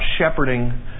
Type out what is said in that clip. shepherding